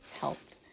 health